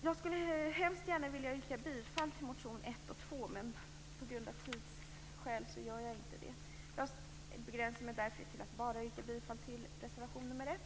Jag skulle gärna vilja yrka bifall till reservation 1 och 2, men för att spara tid nöjer jag mig med att yrka bifall till reservation nr 1.